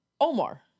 Omar